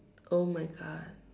oh my God